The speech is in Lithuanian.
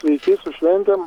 sveiki su šventėm